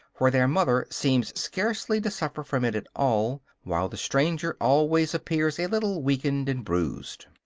for their mother seems scarcely to suffer from it at all, while the stranger always appears a little weakened and bruised.